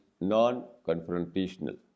non-confrontational